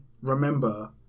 remember